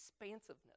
expansiveness